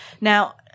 Now